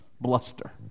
Bluster